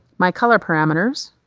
my color parameters